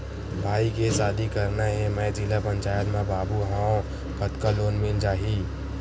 भाई के शादी करना हे मैं जिला पंचायत मा बाबू हाव कतका लोन मिल जाही?